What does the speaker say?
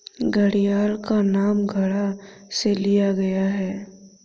घड़ियाल का नाम घड़ा से लिया गया है